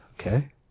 okay